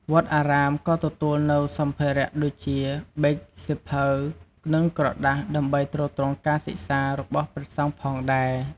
វត្តអារាមក៏ទទួលនូវសម្ភារៈដូចជាប៊ិច សៀវភៅ និងក្រដាស ដើម្បីទ្រទ្រង់ការសិក្សារបស់ព្រះសង្ឃផងដែរ។